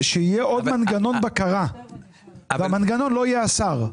שיהיה עוד מנגנון בקרה והמנגנון לא יהיה השר.